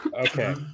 Okay